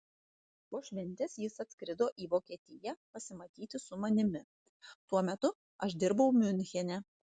po šventės jis atskrido į vokietiją pasimatyti su manimi tuo metu aš dirbau miunchene